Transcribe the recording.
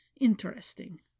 interesting